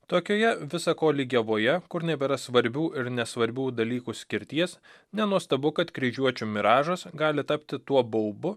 tokioje visa ko lygiavoje kur nebėra svarbių ir nesvarbių dalykų skirties nenuostabu kad kryžiuočių miražas gali tapti tuo baubu